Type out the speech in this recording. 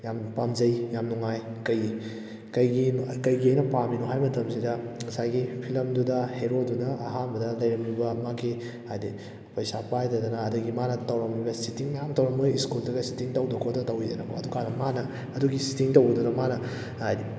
ꯌꯥꯝꯅ ꯄꯥꯝꯖꯩ ꯌꯥꯝ ꯅꯨꯡꯉꯥꯏ ꯀꯩꯒꯤ ꯀꯩꯒꯤ ꯀꯩꯒꯤ ꯑꯩꯅ ꯄꯥꯝꯃꯤꯅꯣ ꯍꯥꯏ ꯃꯇꯝꯁꯤꯗ ꯉꯁꯥꯏꯒꯤ ꯐꯤꯂꯝꯗꯨꯗ ꯍꯦꯔꯣꯗꯨꯅ ꯑꯍꯥꯟꯕꯗ ꯂꯩꯔꯝꯃꯤꯕ ꯃꯥꯒꯤ ꯍꯥꯏꯗꯤ ꯄꯩꯁꯥ ꯄꯥꯏꯗꯗꯅ ꯑꯗꯒꯤ ꯃꯥꯅ ꯇꯧꯔꯝꯃꯤꯕ ꯆꯤꯇꯤꯡ ꯃꯌꯥꯝ ꯇꯧꯔꯝꯃꯤ ꯁ꯭ꯀꯨꯜꯗꯨꯗ ꯆꯤꯇꯤꯡ ꯇꯧꯗꯅ ꯈꯣꯠꯇꯅ ꯇꯧꯋꯤꯗꯅꯀꯣ ꯑꯗꯨꯀꯥꯟꯗ ꯃꯥꯅ ꯑꯗꯨꯒꯤ ꯆꯤꯇꯤꯡ ꯇꯧꯕꯗꯨꯅ ꯃꯥꯅ ꯍꯥꯏꯗꯤ